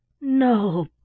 No